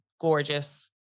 gorgeous